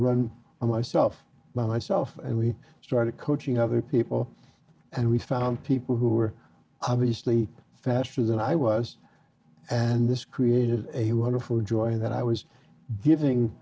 run on myself by myself and we started coaching other people and we found people who were obviously faster than i was and this created a wonderful joy that i was